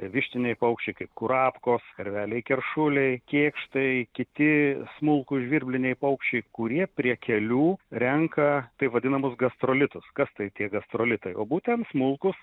vištiniai paukščiai kaip kurapkos karveliai keršuliai kėkštai kiti smulkūs žvirbliniai paukščiai kurie prie kelių renka taip vadinamus gastrolitus kas tai tie gastrolitai o būtent smulkūs